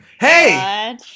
Hey